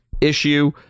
issue